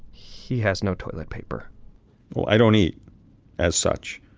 he has no toilet paper well, i don't eat as such.